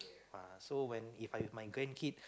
ah so when if my my grandkid